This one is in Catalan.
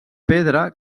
pedra